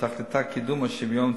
שתכליתה קידום השוויון,